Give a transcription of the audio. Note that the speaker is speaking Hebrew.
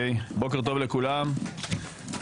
בוקר טוב לכולם,